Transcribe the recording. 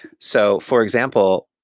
so for example,